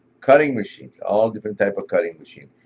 cutting machines, all different type of cutting machine.